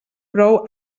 prou